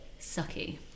sucky